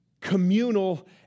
communal